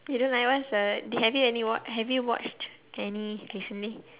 you don't like what's the did have you any wa~ have you watched any recently